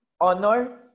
honor